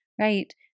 right